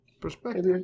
perspective